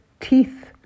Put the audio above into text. teeth